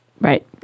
Right